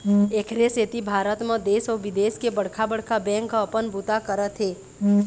एखरे सेती भारत म देश अउ बिदेश के बड़का बड़का बेंक ह अपन बूता करत हे